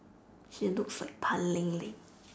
she looks like pan-ling-ling